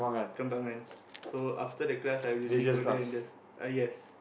Kembangan so after the class I would usually go there and just ah yes